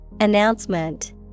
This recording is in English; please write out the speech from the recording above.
Announcement